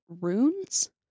runes